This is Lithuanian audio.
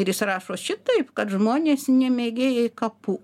ir jis rašo šitaip kad žmonės ne mėgėjai kapų